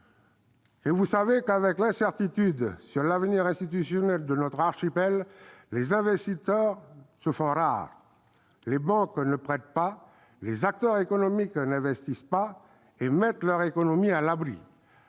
Vous le savez, avec l'incertitude sur l'avenir institutionnel de notre archipel, les investisseurs se font rares. Les banques ne prêtent pas, les acteurs économiques n'investissent pas et mettent leurs économies à l'abri.